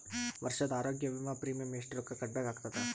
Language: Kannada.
ವರ್ಷದ ಆರೋಗ್ಯ ವಿಮಾ ಪ್ರೀಮಿಯಂ ಎಷ್ಟ ರೊಕ್ಕ ಕಟ್ಟಬೇಕಾಗತದ?